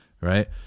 right